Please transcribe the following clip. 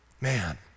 man